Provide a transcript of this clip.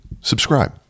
subscribe